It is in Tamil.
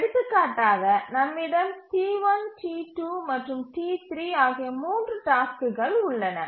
எடுத்துக்காட்டாக நம்மிடம் T1 T2 மற்றும் T3 ஆகிய 3 டாஸ்க்குகள் உள்ளன